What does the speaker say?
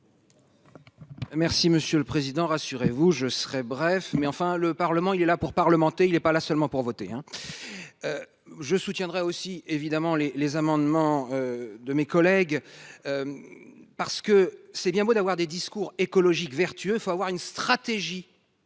Merci monsieur le Président, rassurez-vous, je serai bref mais enfin le Parlement, il est là pour parlementer, il est pas là seulement pour voter, hein, je soutiendrai aussi évidemment les les amendements de mes collègues, parce que c'est bien beau d'avoir des discours écologique vertueux, faut avoir une stratégie